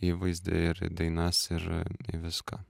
įvaizdį ir į dainas ir į viską